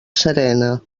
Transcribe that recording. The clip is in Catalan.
serena